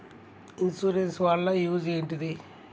Insurance వాళ్ల use ఏంటిది?